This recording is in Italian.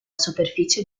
superficie